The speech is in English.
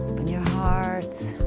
but your heart